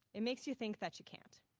it makes you think that you can't.